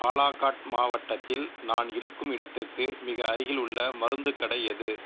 பாலாகாட் மாவட்டத்தில் நான் இருக்கும் இடத்திற்கு மிக அருகிலுள்ள மருந்துக் கடை எது